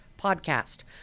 podcast